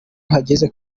hageze